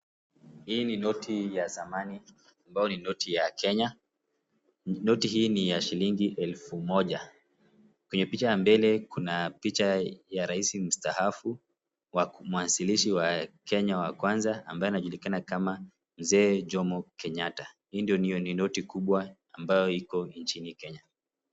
Hii ni noti ya zamani ambao ni noti ya Kenya. Noti hii ni ya shilingi elfu moja. Kwenye picha ya mbele kuna picha ya raisi mstaafu mwanzilishi wa Kenya wa kwanza ambaye anajulikana kama mzee Jomo Kenyatta. Hii ndio ni noti kubwa ambayo iko nchini Kenya.